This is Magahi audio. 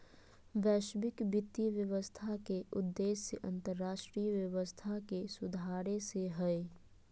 वैश्विक वित्तीय व्यवस्था के उद्देश्य अन्तर्राष्ट्रीय व्यवस्था के सुधारे से हय